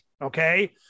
Okay